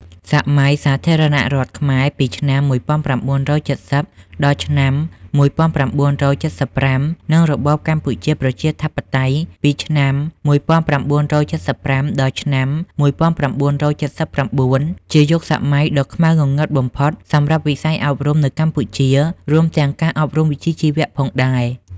សម័យសាធារណរដ្ឋខ្មែរ ពីឆ្នាំ ១៩៧០ ដល់ឆ្នាំ ១៩៧៥ និងរបបកម្ពុជាប្រជាធិបតេយ្យ ពីឆ្នាំ ១៩៧៥ ដល់ឆ្នាំ ១៩៧៩ ជាយុគសម័យដ៏ខ្មៅងងឹតបំផុតសម្រាប់វិស័យអប់រំនៅកម្ពុជា រួមទាំងការអប់រំវិជ្ជាជីវៈផងដែរ។